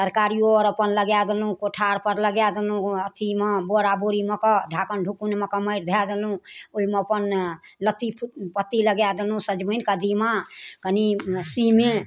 तरकारियो आर अपन लगाए देलहुॅं पोठार पर लगाए देलहुॅं अथिमे बोरा बोरीमे कऽ ढाकन ढुकुनमे कऽ माइट धए देलहुॅं ओहिमे अपन लत्ती फत्ती लगाए देलहुॅं सजमैन कदीमा कनि सीमे